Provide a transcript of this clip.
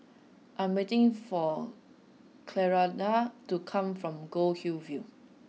I am waiting for Clarinda to come from Goldhill View